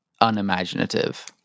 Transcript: unimaginative